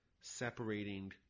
separating